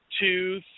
two